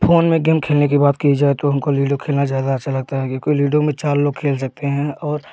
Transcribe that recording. phone में game खेलने की बात की जाए तो हमको लूडो खेलना ज़्यादा अच्छा लगता है कि कोई लूडो में चार लोग खेल सकते हैं और